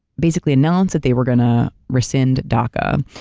basically announce that they were gonna rescind daca.